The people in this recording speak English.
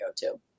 go-to